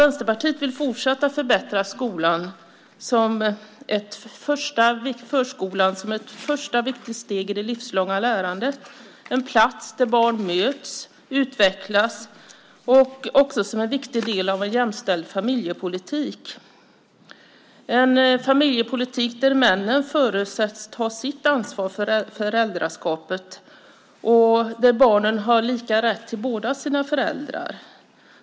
Vänsterpartiet vill fortsätta att förbättra förskolan som ett första viktigt steg i det livslånga lärandet, en plats där barn möts och utvecklas. Den är också en viktig del av en jämställd familjepolitik, en familjepolitik där männen förutsätts ta sitt ansvar för föräldraskapet och där barnen har rätt till båda sina föräldrar.